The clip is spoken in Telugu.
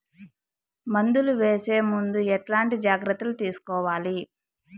మందులు వేసే ముందు ఎట్లాంటి జాగ్రత్తలు తీసుకోవాలి?